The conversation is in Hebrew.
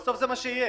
שבסוף זה מה שיהיה,